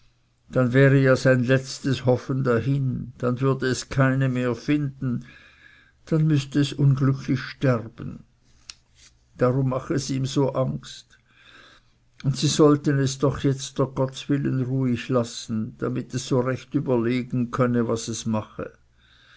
dann wäre ja sein letztes hoffen dahin dann würde es keine mehr finden dann müßte es unglücklich sterben darum mache es ihm so angst und sie sollten es doch jetzt dr gottswillen ruhig lassen damit es so recht überlegen könne was es mache